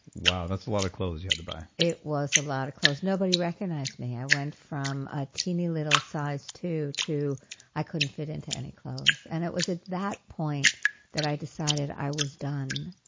wow, that's a lot of clothes you had to buy. it was a lot of clothes. nobody recognized me. i went from a teeny little size two to i couldn't fit into any clothes. and it was at that point that i decided i was done.